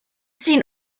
seen